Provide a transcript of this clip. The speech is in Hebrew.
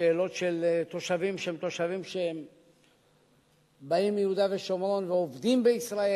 שאלות של תושבים שהם תושבים שבאים מיהודה ושומרון ועובדים בישראל.